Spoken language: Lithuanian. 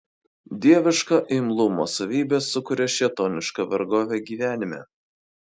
dieviška imlumo savybė sukuria šėtonišką vergovę gyvenime